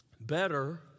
Better